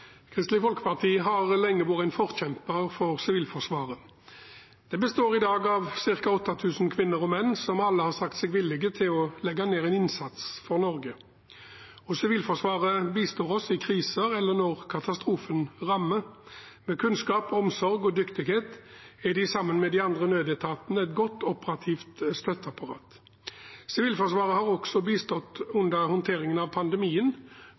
Kristelig Folkeparti har lenge vært en forkjemper for Sivilforsvaret. Det består i dag av ca. 8 000 kvinner og menn som alle har sagt seg villige til å legge ned en innsats for Norge. Sivilforsvaret bistår oss i kriser eller når katastrofen rammer. Med kunnskap, omsorg og dyktighet er de, sammen med de andre nødetatene, et godt operativt støtteapparat. Sivilforsvaret har også bistått under håndteringen av pandemien